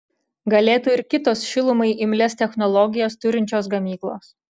galėtų ir kitos šilumai imlias technologijas turinčios gamyklos